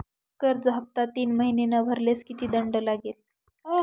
कर्ज हफ्ता तीन महिने न भरल्यास किती दंड लागेल?